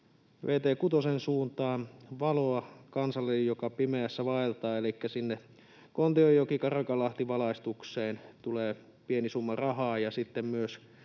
Vt 6:n suuntaan valoa kansalle, joka pimeässä vaeltaa, elikkä sinne Kontinjoki—Karankalahti-valaistukseen tulee pieni summa rahaa